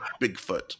Bigfoot